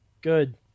Good